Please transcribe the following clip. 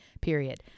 period